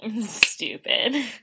Stupid